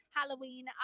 Halloween